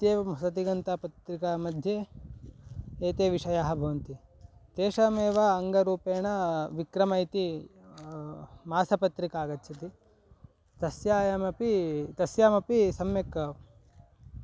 इत्येवं होसदिगन्तपत्रिकामध्ये एते विषयाः भवन्ति तेषामेव अङ्गरूपेण विक्रमः इति मासपत्रिका आगच्छति तस्यामपि तस्यामपि सम्यक्